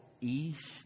east